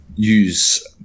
use